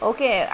Okay